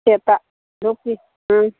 ꯁꯦꯠꯇ ꯑꯥ